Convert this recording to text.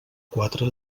quatre